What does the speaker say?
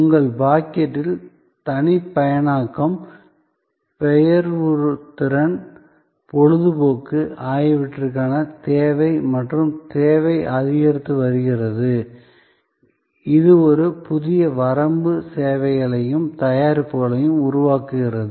உங்கள் பாக்கெட்டில் தனிப்பயனாக்கம் பெயர்வுத்திறன் பொழுதுபோக்கு ஆகியவற்றிற்கான தேவை மற்றும் தேவை அதிகரித்து வருகிறது இது ஒரு புதிய வரம்பு சேவைகளையும் தயாரிப்புகளையும் உருவாக்குகிறது